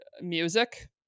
music